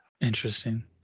Interesting